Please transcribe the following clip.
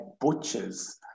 butchers